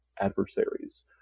adversaries